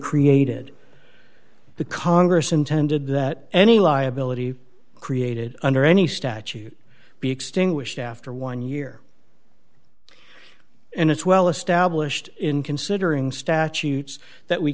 created the congress intended that any liability created under any statute be extinguished after one year and it's well established in considering statutes that we